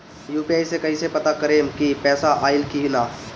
UPI से कईसे पता करेम की पैसा आइल की ना?